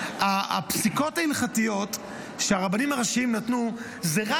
הפסיקות ההלכתיות שהרבנים הראשיים נתנו הן רק